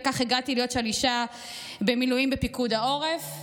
וכך הגעתי להיות שלישה במילואים בפיקוד העורף,